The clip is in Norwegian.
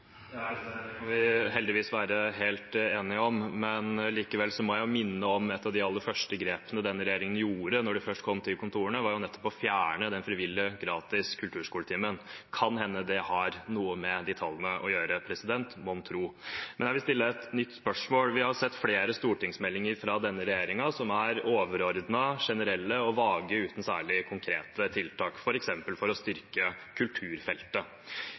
Det kan vi heldigvis være helt enige om, men likevel må jeg minne om at et av de aller første grepene denne regjeringen gjorde da de kom til kontorene, var nettopp å fjerne den frivillige, gratis kulturskoletimen. Kan hende det har noe med de tallene å gjøre – mon tro. Jeg vil stille et nytt spørsmål. Vi har sett flere stortingsmeldinger fra denne regjeringen som er overordnet generelle og vage uten særlige konkrete tiltak, f.eks. for å styrke kulturfeltet.